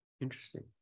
Interesting